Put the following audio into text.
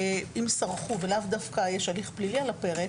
אם סרחו ולאו דווקא יש הליך פלילי על הפרק,